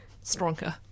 stronger